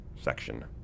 section